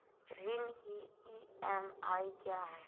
ऋण की ई.एम.आई क्या है?